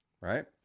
Right